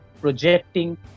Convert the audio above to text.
projecting